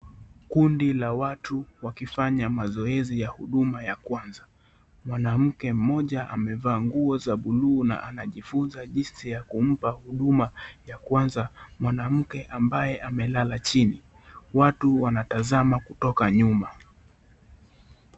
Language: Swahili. Kundi la watu wakifanya mazoezi ya huduma ya kwanza mwanamke mmoja amevaa nguo za bluu na anajifunza jinsi ya kumpa huduma ya kwanza mwanamke ambaye amelala chini. Watu wanatazama kutoka nyuma.